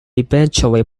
eventually